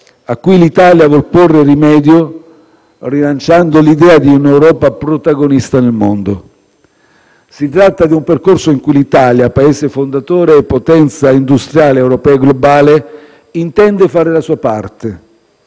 a cui l'Italia può porre rimedio rilanciando l'idea di un'Europa protagonista nel mondo. Si tratta di un percorso in cui l'Italia, Paese fondatore e potenza industriale europea e globale, intende fare la sua parte